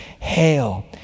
Hail